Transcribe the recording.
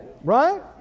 Right